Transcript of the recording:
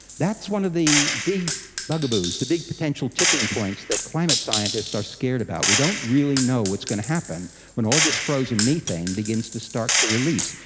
that's one of the big bugaboos, the big potential tipping points that climate scientists are scared about. we don't really know what's going to happen when all this frozen methane begins to start to release.